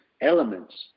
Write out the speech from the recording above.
elements